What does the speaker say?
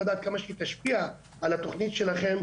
אני לא יודע כמה היא תשפיע על התכנית שלכם,